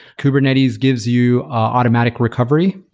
kubernetes gives you automatic recovery.